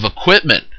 equipment